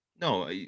No